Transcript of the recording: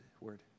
word